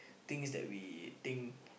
things that we think